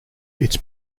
its